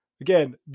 again